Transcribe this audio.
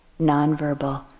nonverbal